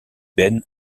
ben